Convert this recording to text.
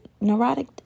neurotic